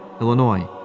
Illinois